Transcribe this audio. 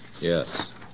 Yes